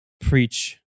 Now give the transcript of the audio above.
preach